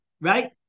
right